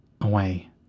away